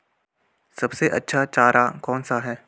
सबसे अच्छा चारा कौन सा है?